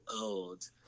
old